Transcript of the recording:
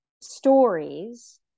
stories